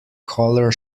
color